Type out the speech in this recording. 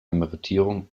emeritierung